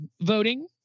Voting